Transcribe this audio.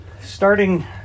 starting